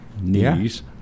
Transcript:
knees